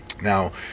Now